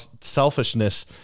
selfishness –